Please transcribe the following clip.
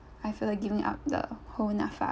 I feel like giving up the whole NAPFA